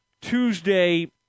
Tuesday